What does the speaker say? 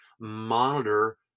monitor